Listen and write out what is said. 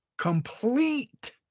complete